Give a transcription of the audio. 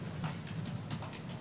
אנו